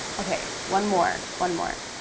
okay, one more, one more.